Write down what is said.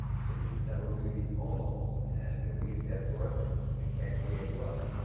so you could never really own the home. and you'll be in debt forever and can't create wealth,